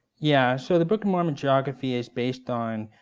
yeah so the book of mormon geography is based on